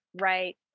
right